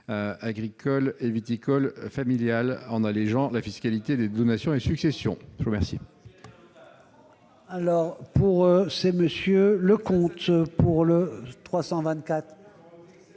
agricoles et viticoles familiales en allégeant la fiscalité de donations des successions. La parole